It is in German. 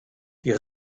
die